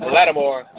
Lattimore